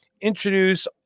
introduce